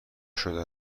شده